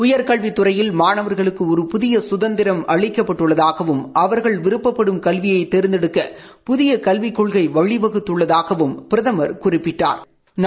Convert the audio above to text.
உயர்கல்வித்துறையில் மாணவர்களுக்கு ஒரு புதிய சுதந்திரம் அளிக்கப்பட்டுள்ளதாகவும் அவர்கள் விருப்பப்படும் கல்வியை தேர்ந்தெடுக்க புதிய கல்விக் கொள்கை வழி வகுத்துள்ளதாகவும் பிரதமர் குறிப்பிட்டாள்